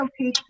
okay